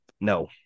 no